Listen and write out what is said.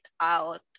out